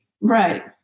Right